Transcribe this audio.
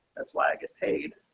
that's why i get paid.